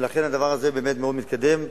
ולכן הדבר הזה באמת לא מתקדם,